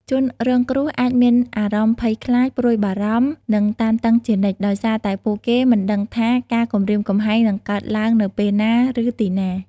ជនរងគ្រោះអាចមានអារម្មណ៍ ភ័យខ្លាច ព្រួយបារម្ភ និង តានតឹងជានិច្ច ដោយសារតែពួកគេមិនដឹងថាការគំរាមកំហែងនឹងកើតឡើងនៅពេលណា ឬទីណា។